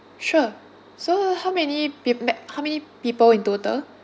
sure so how many p~ ma~ how many people in total